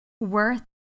worth